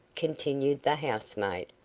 continued the housemaid,